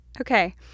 Okay